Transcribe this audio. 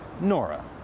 Nora